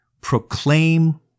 proclaim